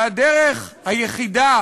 והדרך היחידה,